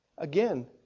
Again